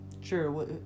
Sure